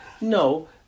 No